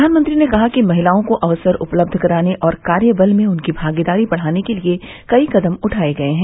प्रधानमंत्री ने कहा कि महिलाओं को अवसर उपलब्ध कराने और कार्यबल में उनकी भागीदारी बढ़ाने के लिए कई कदम उठाये गये है